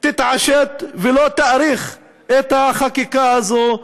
תתעשת ולא תאריך את החקיקה הזו.